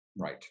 right